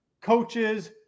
coaches